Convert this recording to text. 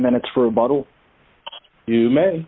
minutes for a bottle you may